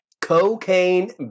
Cocaine